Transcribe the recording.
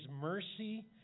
mercy